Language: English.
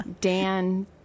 Dan